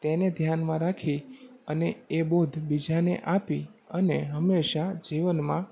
તેને ધ્યાનમાં રાખી અને એ બોધ બીજાને આપી અને હંમેશા જીવનમાં